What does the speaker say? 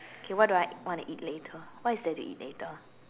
okay what do I want to eat later what is there to eat later